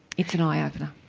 it's an eye-opener.